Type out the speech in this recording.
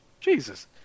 Jesus